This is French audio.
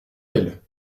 elle